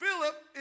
Philip